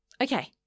Okay